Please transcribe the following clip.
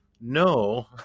no